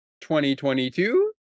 2022